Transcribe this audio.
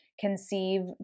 conceive